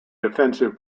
defensive